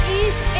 east